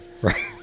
Right